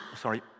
Sorry